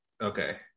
okay